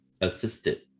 assisted